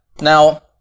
Now